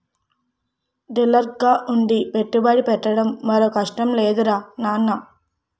డీలర్గా ఉండి పెట్టుబడి పెట్టడం మరో కష్టం లేదురా నాన్నా